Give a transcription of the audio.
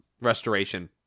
restoration